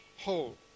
whole